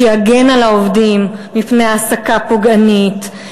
שתגן על העובדים מפני העסקה פוגענית,